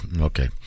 Okay